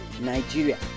Nigeria